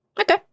Okay